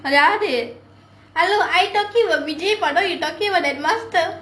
அதாவது:athaavathu I talking about vijay படம்:padam you talking about that master